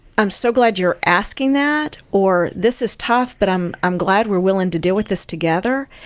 i'm so glad you're asking that. or, this is tough, but i'm i'm glad we're willing to deal with this together.